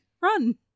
Run